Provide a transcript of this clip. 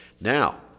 now